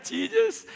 Jesus